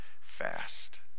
fast